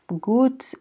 good